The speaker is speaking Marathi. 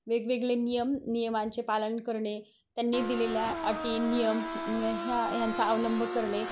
वेगवेगळे नियम नियमांचे पालन करणे त्यांनी दिलेल्या अटी नियम ह्या ह्यांचा अवलंब करणे